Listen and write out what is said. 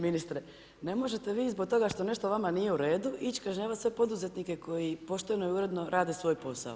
Ministre, ne možete vi zbog toga što nešto vama nije u redu, ići kažnjavat sve poduzetnike koji pošteno i uredno rade svoj posao.